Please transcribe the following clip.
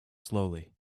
slowly